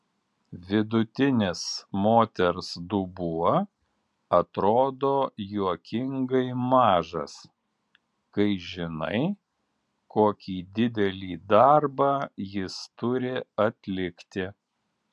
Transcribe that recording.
vidutinis moters dubuo atrodo juokingai mažas kai žinai kokį didelį darbą jis turi atlikti